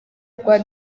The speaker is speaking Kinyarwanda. rwa